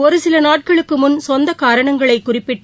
ஒருசில நாட்களுக்கு முன் சொந்த காரணங்களை குறிப்பிட்டு